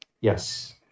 Yes